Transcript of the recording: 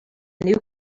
new